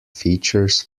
features